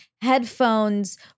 headphones